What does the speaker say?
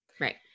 Right